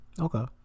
Okay